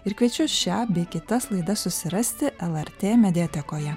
ir kviečiu šią bei kitas laidas susirasti lrt mediatekoje